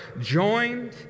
joined